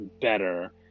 better